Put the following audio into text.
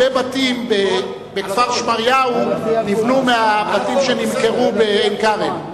הרבה בתים בכפר-שמריהו נבנו מהבתים שנמכרו בעין-כרם.